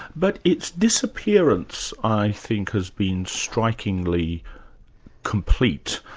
but its disappearance i think has been strikingly complete.